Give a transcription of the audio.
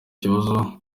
ikibazo